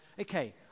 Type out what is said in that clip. okay